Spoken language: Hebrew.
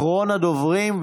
אחרון הדוברים,